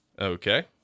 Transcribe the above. Okay